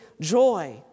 joy